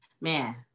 man